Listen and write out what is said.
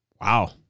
Wow